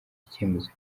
icyemezo